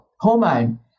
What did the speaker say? hormone